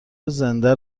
زنده